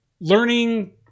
learning